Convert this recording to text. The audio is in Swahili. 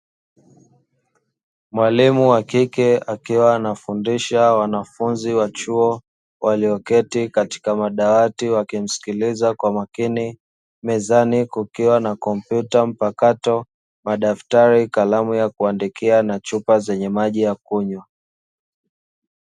Mwalimu wa kike akiwa anafundisha wanafunzi wa chuo, walioketi katika madawati wakimsikiliza kwa makini. Mezani kukiwa na kompyuta mpakato, madaftari, kalamu ya kuandikia na chupa zenye maji ya kunywa.